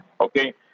Okay